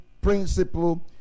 principle